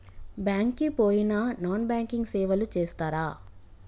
Bank కి పోయిన non banking సేవలు చేస్తరా?